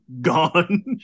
gone